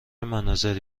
مناظری